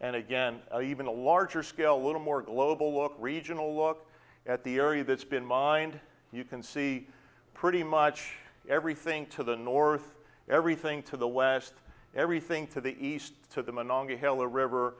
and again even a larger scale little more global look regional look at the area that's been mined you can see pretty much everything to the north everything to the last everything to the east to the